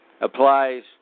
applies